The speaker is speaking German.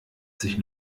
sich